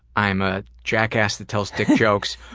i m a jackass that tells dick jokes,